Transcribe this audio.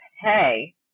Hey